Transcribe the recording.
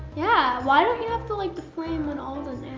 yeah why don't you have the like the flame on all of them?